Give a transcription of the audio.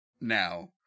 Now